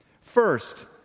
First